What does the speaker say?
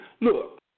look